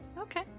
Okay